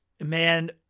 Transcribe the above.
man